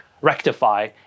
rectify